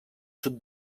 suc